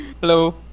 Hello